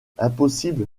impossible